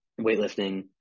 weightlifting